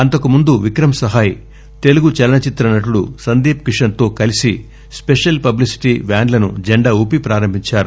అంతకు ముందు విక్రమ్ సహాయ్ తెలుగు చలన చిత్ర నటుడు సందీప్ కిషన్ తో కలసి స్పెషల్ పబ్లిసిటీ వ్యాన్లను జెండా ఊపి ప్రారంభించారు